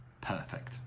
Perfect